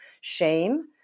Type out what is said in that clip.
shame